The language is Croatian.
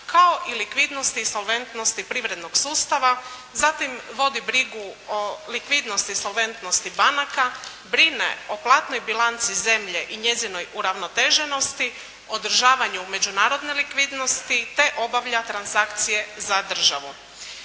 kao i likvidnosti i solventnosti privrednog sustava, zatim vodi brigu o likvidnosti i solventnosti banaka, brine o platnoj bilanci zemlje i njezinoj uravnoteženosti, održavanju međunarodne likvidnosti, te obavlja transakcije za državu.